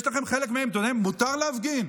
יש, חלק מהם, מותר להפגין,